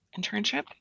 internship